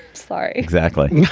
sorry. exactly